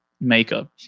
makeup